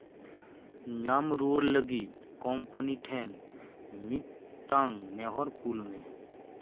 ᱧᱟᱢ ᱨᱩᱣᱟᱹᱲ ᱞᱟᱹᱜᱤᱫ ᱠᱚᱢᱯᱟᱱᱤ ᱴᱷᱮᱱ ᱢᱤᱫᱴᱟᱝ ᱱᱮᱦᱚᱨ ᱠᱳᱞ ᱢᱮ